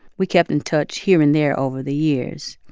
we kept in touch here and there over the years.